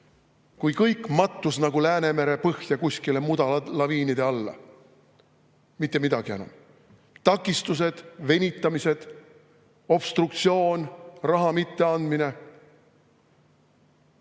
kui kõik mattus nagu Läänemere põhja kuskile mudalaviini alla. Mitte midagi enam. Takistused, venitamised, obstruktsioon, raha mitteandmine. Vahetevahel